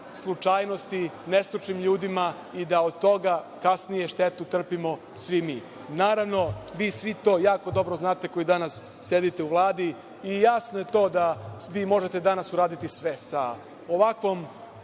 slučajnosti, nestručnim ljudima i da od toga kasnije štetu trpimo svi mi. Naravno, vi svi to jako dobro znate koji danas sedite u Vladi i jasno je to da vi možete danas uraditi sve sa ovakvom